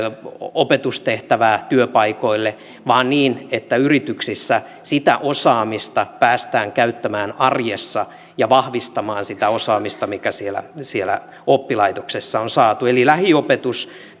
opetustehtävää työpaikoille vaan niin että yrityksissä osaamista päästään käyttämään arjessa ja vahvistamaan sitä osaamista mikä siellä siellä oppilaitoksessa on saatu eli lähiopetus